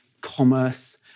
commerce